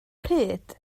pryd